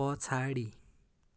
पछाडि